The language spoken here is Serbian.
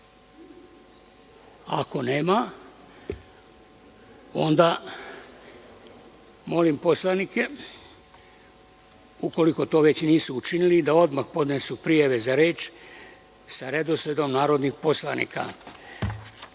nema, onda molim poslanike, ukoliko to već nisu učinili, da odmah podnesu prijave za reč sa redosledom narodnih poslanika. Prvi